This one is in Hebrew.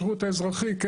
השירות האזרחי,